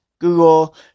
Google